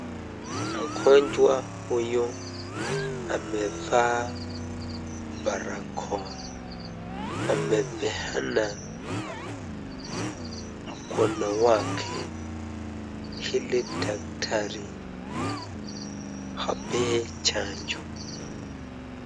Mgonjwa huyu amevaa barakoa amepeana mkono wake ili daktari ampee chanjo.